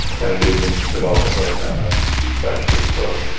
and it is in development right now as we speak, actually so,